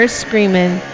screaming